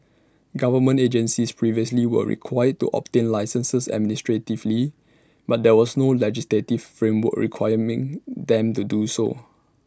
government agencies previously were required to obtain licences administratively but there was no legislative framework requiring them to do so